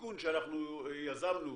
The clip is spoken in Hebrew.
התיקון שאנחנו יזמנו,